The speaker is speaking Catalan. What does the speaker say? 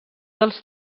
dels